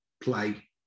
play